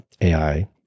AI